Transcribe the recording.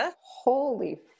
holy